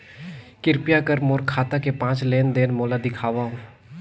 कृपया कर मोर खाता के पांच लेन देन मोला दिखावव